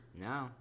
No